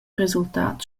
resultat